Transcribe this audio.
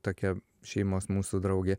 tokia šeimos mūsų draugė